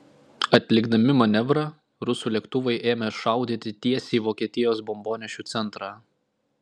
atlikdami manevrą rusų lėktuvai ėmė šaudyti tiesiai į vokietijos bombonešių centrą